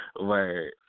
Word